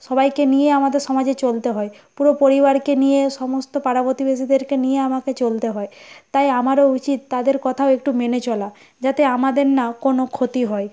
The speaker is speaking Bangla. সবাইকে নিয়ে আমাদের সমাজে চলতে হয় পুরো পরিবারকে নিয়ে সমস্ত পাড়া প্রতিবেশীদেরকে নিয়ে আমাকে চলতে হয় তাই আমারও উচিত তাদের কথাও একটু মেনে চলা যাতে আমাদের না কোনও ক্ষতি হয়